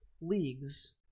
leagues